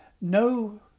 no